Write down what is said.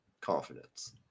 Confidence